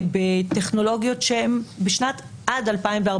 עד 2014,